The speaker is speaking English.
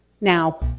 now